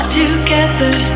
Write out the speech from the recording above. together